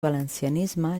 valencianisme